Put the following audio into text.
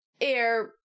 air